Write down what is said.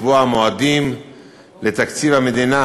קביעת מועדים להגשת תקציב המדינה